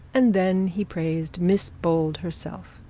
and then he praised miss bold herself.